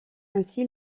ainsi